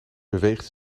beweegt